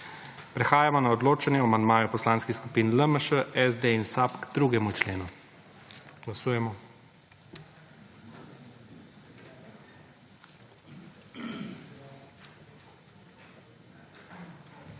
Prehajamo na odločanje o amandmaju Poslanskih skupin LMŠ, SD in SAB k 2. členu. Glasujemo.